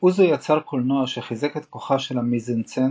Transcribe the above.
אוזו יצר קולנוע שחיזק את כוחה של המיזנסצנה,